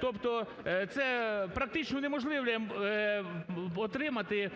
тобто це практично унеможливлює отримати